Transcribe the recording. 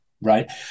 right